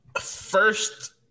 First